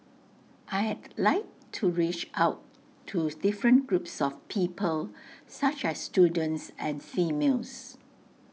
I'd like to reach out to different groups of people such as students and females